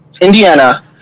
Indiana